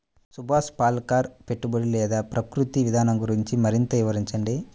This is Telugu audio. సుభాష్ పాలేకర్ పెట్టుబడి లేని ప్రకృతి విధానం గురించి మరింత వివరించండి